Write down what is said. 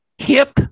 Hip